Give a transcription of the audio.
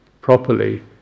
properly